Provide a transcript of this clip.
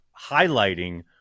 highlighting